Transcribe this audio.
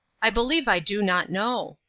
i believe i do not know.